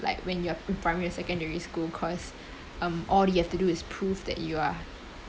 like when you're in primary and secondary school cause um all you have to do is prove that you are